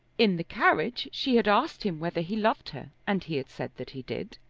in the carriage she had asked him whether he loved her, and he had said that he did.